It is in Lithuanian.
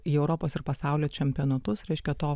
į europos ir pasaulio čempionatus reiškia to